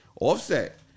Offset